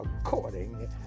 according